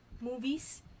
movies